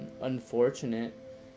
unfortunate